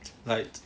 like